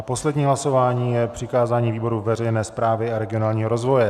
Poslední hlasování je přikázání výboru pro veřejnou správu a regionální rozvoj.